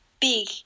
big